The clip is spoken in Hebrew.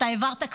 אתה העברת כספים,